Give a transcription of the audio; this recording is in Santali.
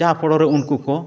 ᱡᱟᱦᱟᱸ ᱯᱷᱚᱲᱚᱨᱮ ᱩᱱᱠᱩ ᱠᱚ